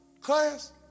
class